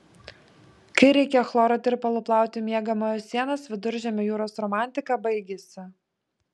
kai reikia chloro tirpalu plauti miegamojo sienas viduržemio jūros romantika baigiasi